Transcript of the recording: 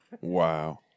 Wow